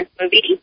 movie